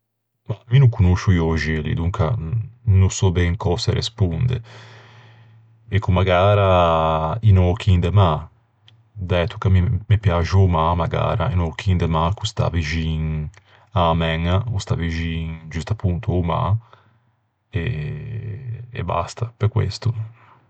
Mah, mi no conoscio i öxelli, donca no sò ben cöse responde. Ecco, magara un öchin de mâ. Dæto che à mi me piaxe o mâ, magara un öchin de mâ ch'o stà vixin a-a mæña, ch'o stà vixin giust'aponto a-o mâ, e basta, pe questo.